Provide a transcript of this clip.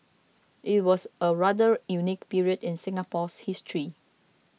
it was a rather unique period in Singapore's history